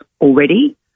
already